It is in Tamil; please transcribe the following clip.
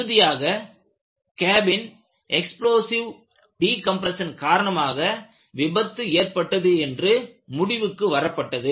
இறுதியாக கேபின் எக்ஸ்ப்ளோசிவ் டிகம்ப்ரெஷசன் காரணமாக விபத்து ஏற்பட்டது என்று முடிவுக்கு வரப்பட்டது